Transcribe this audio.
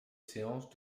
séance